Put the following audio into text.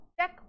check